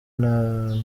nta